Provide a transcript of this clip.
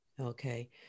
Okay